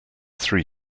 three